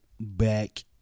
back